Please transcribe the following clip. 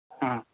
ஆ